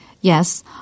Yes